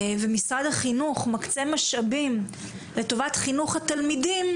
ומשרד החינוך מקצה משאבים לטובת חינוך התלמידים,